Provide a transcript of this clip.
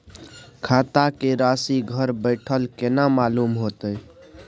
खाता के राशि घर बेठल केना मालूम होते?